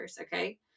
okay